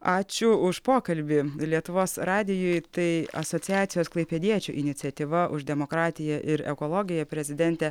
ačiū už pokalbį lietuvos radijui tai asociacijos klaipėdiečių iniciatyva už demokratiją ir ekologiją prezidentė